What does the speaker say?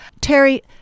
Terry